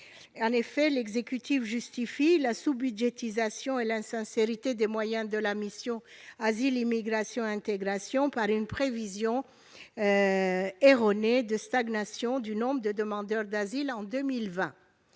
à venir, l'exécutif justifie la sous-budgétisation et l'insincérité des moyens de la mission « Immigration, asile et intégration » par une prévision erronée de stagnation du nombre de demandeurs d'asile en 2020.